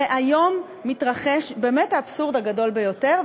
הרי היום מתרחש באמת האבסורד הגדול ביותר,